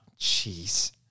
Jeez